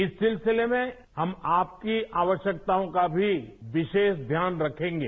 इस सिलसिले में भी हम आपकी आवश्यकताओं का भी विशेष ध्यान रखेंगे